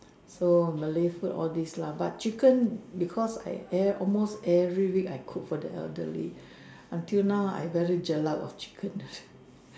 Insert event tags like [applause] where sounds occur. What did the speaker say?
so Malay food all this lah but chicken because I ev~ every almost every week I cook for the elderly until now I very jelak of chicken [noise]